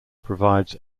provides